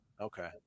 Okay